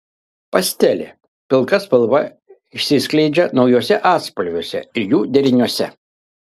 pastelė pilka spalva išsiskleidžia naujuose atspalviuose ir jų deriniuose